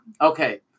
okay